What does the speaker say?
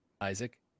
Isaac